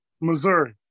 Missouri